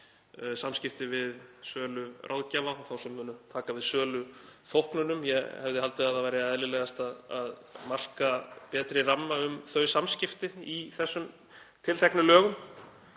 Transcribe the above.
samskipti við söluráðgjafa og þá sem munu taka við söluþóknunum. Ég hefði haldið að það væri eðlilegast að marka betri ramma um þau samskipti í þessum tilteknu lögum